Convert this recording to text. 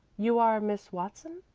you are miss watson?